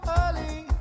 early